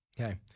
Okay